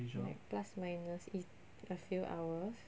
like plus minus is a few hours